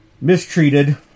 mistreated